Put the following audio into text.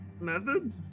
method